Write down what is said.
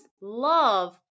love